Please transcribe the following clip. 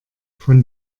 von